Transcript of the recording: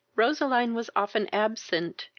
roseline was often absent,